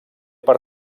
per